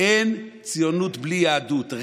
אין ציונות בלי יהדות,